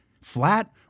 flat